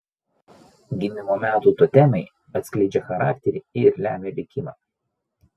gimimo metų totemai atskleidžia charakterį ir lemia likimą